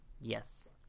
yes